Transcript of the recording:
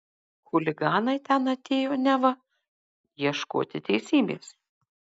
chuliganai ten atėjo neva ieškoti teisybės